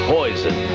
Poison